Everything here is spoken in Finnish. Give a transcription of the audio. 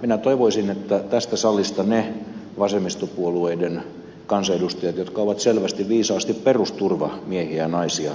minä toivoisin että tästä salista niillä vasemmistopuolueiden kansanedustajilla jotka ovat selvästi viisaasti perusturvamiehiä ja naisia